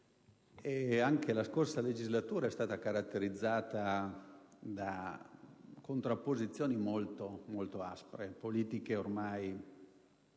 anche la scorsa legislatura è stata caratterizzata da contrapposizioni molto aspre, da politiche ormai